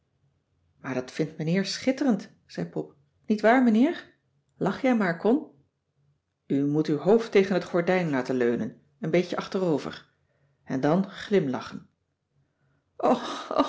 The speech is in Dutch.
maar dat vindt meneer schitterend zei pop nietwaar meneer lach jij maar con u moet uw hoofd tegen het gordijn laten leunen een beetje achterover en dan glimlachen